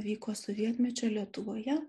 vyko sovietmečio lietuvoje